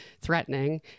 threatening